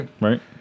right